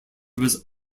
was